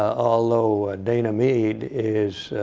ah although ah dana mead is